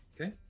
Okay